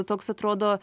toks atrodo